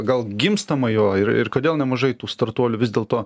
gal gimstama juo ir ir kodėl nemažai tų startuolių vis dėlto